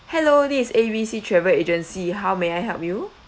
hello this is A B C travel agency how may I help you